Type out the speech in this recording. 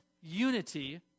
unity